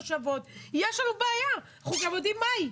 יש לנו בעיה ואנחנו גם יודעים מהי.